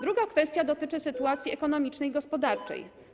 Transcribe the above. Druga kwestia dotyczy sytuacji ekonomicznej i gospodarczej.